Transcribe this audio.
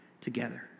together